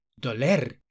Doler